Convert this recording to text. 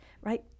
right